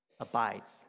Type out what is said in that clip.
abides